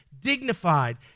dignified